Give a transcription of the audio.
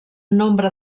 nombre